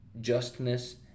justness